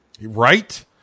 right